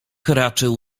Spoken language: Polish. raczył